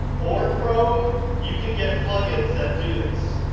or chrome you can get plug-ins that do this.